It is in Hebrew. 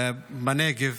בנגב.